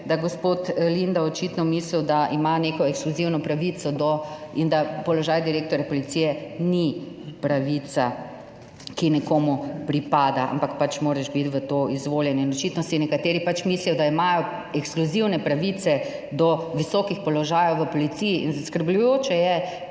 je gospod Lindav očitno mislil, da ima neko ekskluzivno pravico in da položaj direktorja policije ni pravica, ki nekomu pripada, ampak pač moraš biti v to izvoljen. In očitno si nekateri pač mislijo, da imajo ekskluzivne pravice do visokih položajev v policiji. Zaskrbljujoče je,